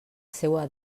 seua